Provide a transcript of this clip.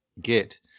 get